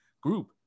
group